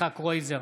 יצחק קרויזר,